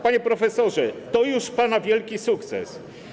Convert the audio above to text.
Panie profesorze, to pana wielki sukces.